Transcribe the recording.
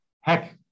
Heck